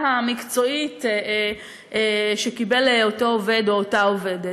המקצועית שקיבלו אותו עובד או אותה עובדת.